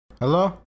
Hello